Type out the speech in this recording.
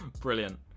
Brilliant